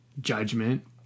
Judgment